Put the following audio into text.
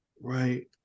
right